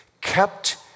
kept